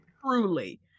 Truly